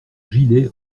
gilet